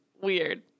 weird